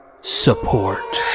support